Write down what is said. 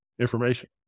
information